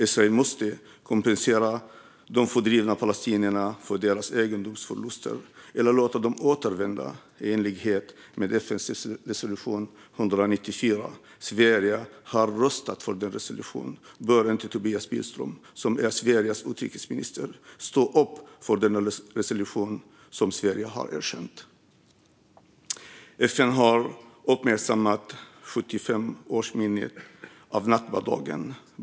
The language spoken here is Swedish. Israel måste kompensera de fördrivna palestinierna för deras egendomsförluster eller låta dem återvända i enlighet med FN:s resolution 194. Sverige har röstat för den resolutionen. Bör inte Tobias Billström, som är Sveriges utrikesminister, stå upp för denna resolution som Sverige har erkänt? FN har uppmärksammat 75-årsminnet av nakbadagen.